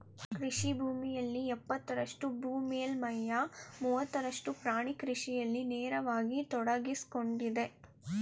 ಕೃಷಿ ಭೂಮಿಯಲ್ಲಿ ಎಪ್ಪತ್ತರಷ್ಟು ಭೂ ಮೇಲ್ಮೈಯ ಮೂವತ್ತರಷ್ಟು ಪ್ರಾಣಿ ಕೃಷಿಯಲ್ಲಿ ನೇರವಾಗಿ ತೊಡಗ್ಸಿಕೊಂಡಿದೆ